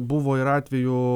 buvo ir atvejų